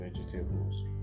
vegetables